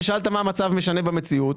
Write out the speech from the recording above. ושאלת מה המצב משנה במציאות,